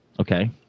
Okay